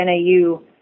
NAU